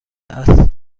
است